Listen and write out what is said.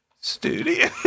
Studio